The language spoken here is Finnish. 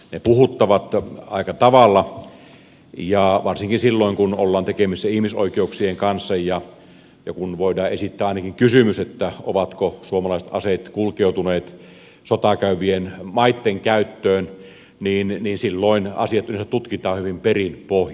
ne puhuttavat aika tavalla ja varsinkin silloin kun ollaan tekemisissä ihmisoikeuksien kanssa ja kun voidaan esittää ainakin kysymys ovatko suomalaiset aseet kulkeutuneet sotaa käyvien maitten käyttöön niin silloin asiat yleensä tutkitaan hyvin perin pohjin